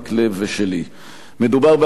מדובר בהצעה טכנית בעיקרה,